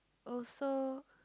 oh so